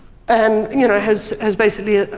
and, you know has has basically,